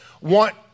want